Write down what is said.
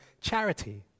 charity